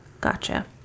gotcha